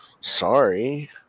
sorry